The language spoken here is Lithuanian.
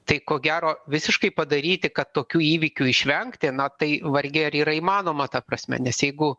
tai ko gero visiškai padaryti kad tokių įvykių išvengti na tai vargiai ar yra įmanoma ta prasme nes jeigu